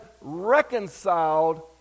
reconciled